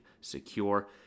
secure